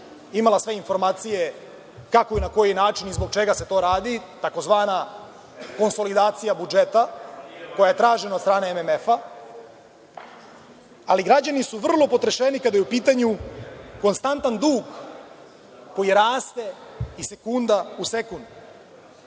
imala sve informacije kako i na koji način i zbog čega se to radi tzv. konsolidacija budžeta koja je tražena od strane MMF-a. Ali, građani su vrlo potreseni kada je u pitanju konstantan dug koji raste iz sekunda u sekund. Godine